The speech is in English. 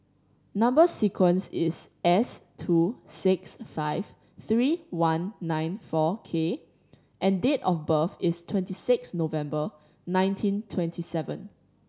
number sequence is S two six five three one nine four K and date of birth is twenty six November nineteen twenty seven